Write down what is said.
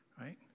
right